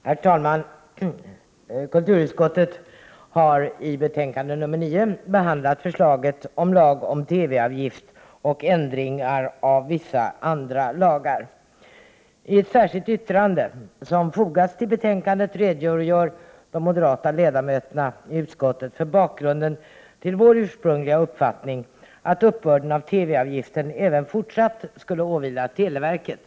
Herr talman! Kulturutskottet behandlar i betänkande 9 regeringens förslag till lag om TV-avgift och till ändringar av vissa andra lagar. I ett särskilt yttrande som fogats till betänkandet redogör de moderata ledamöterna i kulturutskottet för bakgrunden till vår ursprungliga uppfattning att uppbörden av TV-avgiften även fortsättningsvis skall åvila televerket.